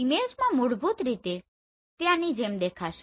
ઈમેજમાં મૂળભૂત રીતે તે આની જેમ દેખાશે